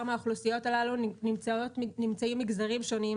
מהאוכלוסיות הללו נמצאים מגזרים שונים,